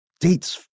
dates